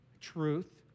truth